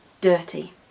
dirty